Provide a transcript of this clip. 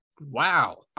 Wow